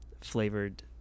flavored